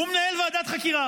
הוא מנהל ועדת חקירה,